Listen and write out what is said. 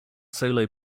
solo